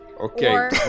Okay